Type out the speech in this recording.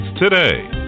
Today